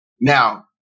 Now